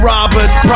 Roberts